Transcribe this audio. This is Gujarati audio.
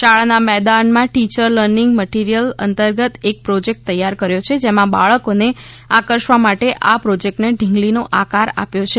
શાળાના મેદાનમાં ટીયર લર્નિંગ મટિરીયલ અંતર્ગત એક પ્રોજેક્ટ તૈયાર કર્યો છે જેમાં બાળકોને આર્કષવા માટે આ પ્રોજેક્ટને ઢીંગલીનો આકાર આપ્યો છે